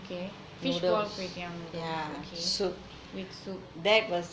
okay fishball kway teow noodles okay with soup